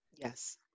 yes